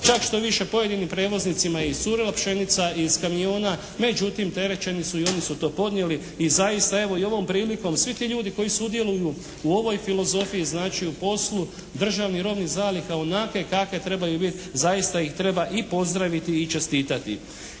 Čak štoviše pojedinim prevoznicima je iscurila pšenica iz kamiona, međutim terećeni su i oni su to podnijeli. I zaista evo i ovom prilikom svi ti ljudi koji sudjeluju u ovoj filozofiji, znači u poslu Državnih robnih zaliha onakve kakve trebaju biti zaista ih treba i pozdraviti i čestitati.